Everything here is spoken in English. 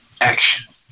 action